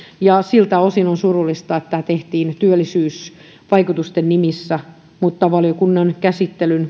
siltä osin on surullista että tämä tehtiin työllisyysvaikutusten nimissä mutta valiokunnan käsittelyn